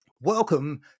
Welcome